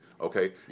Okay